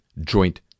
joint